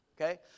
okay